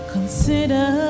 Consider